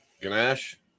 Ganache